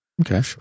Okay